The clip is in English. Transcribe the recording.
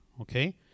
Okay